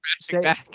say